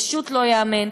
פשוט לא ייאמן.